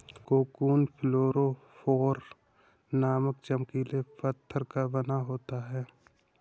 cocoon fluorophore नामक चमकीले पदार्थ का बना होता है